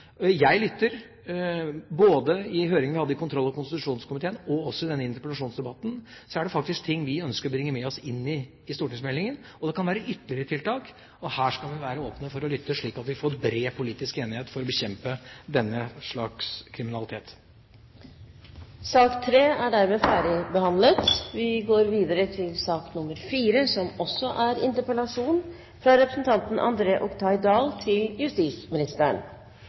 Jeg lyttet i høringen vi hadde i kontroll- og konstitusjonskomiteen, og også i denne interpellasjonsdebatten er det faktisk ting vi ønsker å bringe med oss inn i stortingsmeldingen. Det kan være ytterligere tiltak. Her skal vi være åpne for å lytte, slik at vi får en bred politisk enighet om å bekjempe denne typen kriminalitet. Sak nr. 3 er dermed ferdigbehandlet. Jeg lover å sette flere komma og punktum neste gang jeg lager en interpellasjon, for det var en forferdelig lang setning. Jeg har lyst til